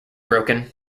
broken